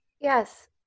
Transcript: yes